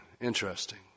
Interesting